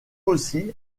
aussi